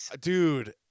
dude